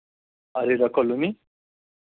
Arera colony